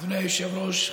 אדוני היושב-ראש,